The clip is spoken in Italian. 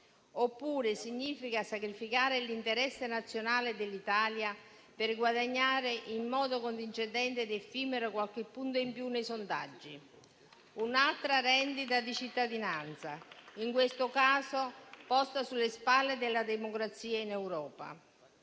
oppure significa sacrificare l'interesse nazionale dell'Italia per guadagnare in modo contingente ed effimero qualche punto in più nei sondaggi. Un altro reddito di cittadinanza, in questo caso posto sulle spalle della democrazia in Europa.